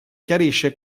chiarisce